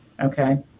okay